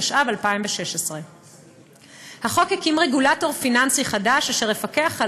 התשע"ו 2016. החוק הקים רגולטור פיננסי חדש אשר יפקח על